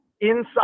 inside